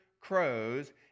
crows